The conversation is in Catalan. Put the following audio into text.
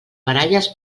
baralles